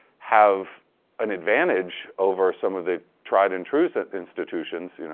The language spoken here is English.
have an advantage over some of the tried-and-true so institutions, you know,